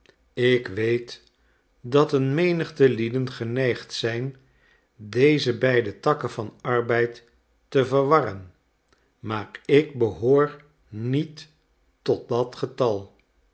ik weet dat een menigte lieden geneigd zijn deze beide takken van arbeid te verwarren maar ik behoor niet tot dat getal